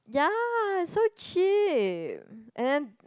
ya so cheap and then